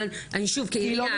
אבל כעירייה,